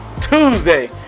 Tuesday